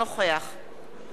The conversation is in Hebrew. זאב בנימין בגין,